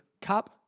cup